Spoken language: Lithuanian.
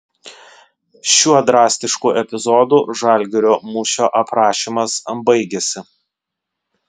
šiuo drastišku epizodu žalgirio mūšio aprašymas baigiasi